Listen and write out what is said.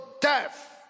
death